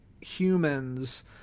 humans